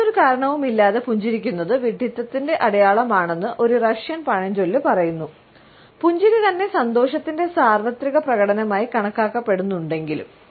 യാതൊരു കാരണവുമില്ലാതെ പുഞ്ചിരിക്കുന്നത് വിഡ്ഢിത്തത്തിന്റെ അടയാളമാണെന്ന് ഒരു റഷ്യൻ പഴഞ്ചൊല്ല് പറയുന്നു പുഞ്ചിരി തന്നെ സന്തോഷത്തിന്റെ സാർവത്രിക പ്രകടനമായി കണക്കാക്കപ്പെടുന്നുണ്ടെങ്കിലും